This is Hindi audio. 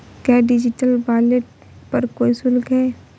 क्या डिजिटल वॉलेट पर कोई शुल्क है?